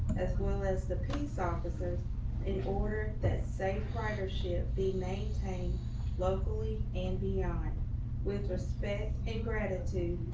as well as the police officers in order that same fighter ship be maintained locally and beyond with respect and gratitude.